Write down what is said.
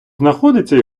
знаходиться